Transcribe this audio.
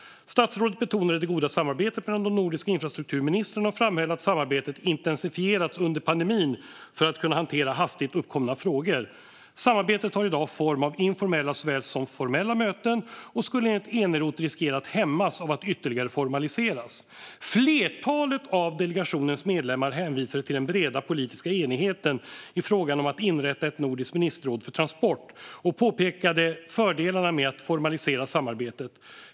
Statsrådet betonade det goda samarbetet mellan de nordiska infrastrukturministrarna och framhävde att samarbetet intensifierats under pandemin för att kunna hantera hastigt uppkomna frågor. Samarbetet har i dag form av informella såväl som formella möten och skulle enligt Eneroth riskera att hämmas av att ytterligare formaliseras. Flertalet av delegationens medlemmar hänvisade till den breda politiska enigheten i frågan om att inrätta ett nordiskt ministerråd för transport och påpekade fördelarna med att formalisera samarbetet.